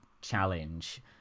challenge